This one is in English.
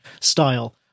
style